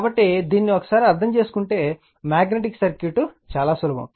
కాబట్టి దీన్ని ఒకసారి అర్థం చేసుకుంటే మాగ్నెటిక్ సర్క్యూట్ చాలా సులభం